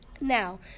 Now